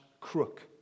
crook